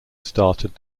started